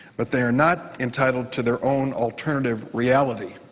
but they are not entitled to their own alternative reality.